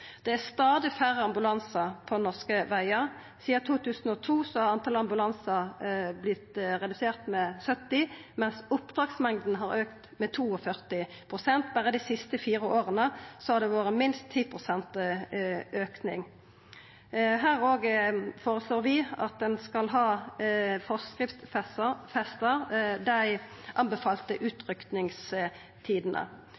er stadig færre ambulansar på norske vegar. Sidan 2002 har talet på ambulansar vorte redusert med 70, mens oppdragsmengda har auka med 42 pst. Berre dei siste fire åra har det vore minst 10 pst. auke. Vi føreslår at ein også her skal forskriftsfesta dei anbefalte